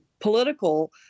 political